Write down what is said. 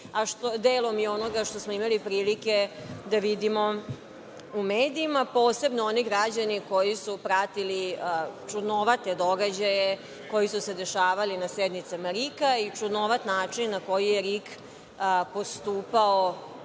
a delom je onoga što smo imali da vidimo u medijima, posebno oni građani koji su pratili čudnovate događaje koji su se dešavali na sednicama RIK-a i na čudnovat način na koji je RIK postupao